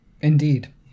Indeed